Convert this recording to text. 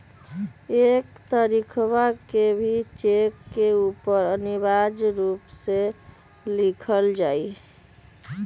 एक तारीखवा के भी चेक के ऊपर अनिवार्य रूप से लिखल जाहई